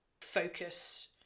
focus